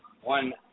One